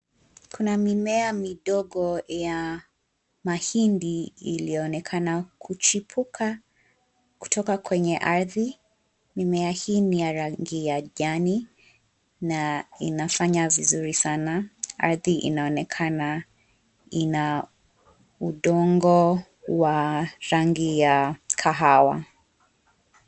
Kuna mimea midogo ya mahindi iliyoonekana kuchipuka kutoka kwenye ardhi, mimea hii ni ya rangi ya njani na inafanya vizuri sana, ardhi inaonekana ina udongo wa rangi ya kahawa.